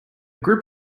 group